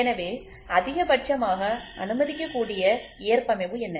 எனவே அதிகபட்சமாக அனுமதிக்கக்கூடிய ஏற்பமைவு என்ன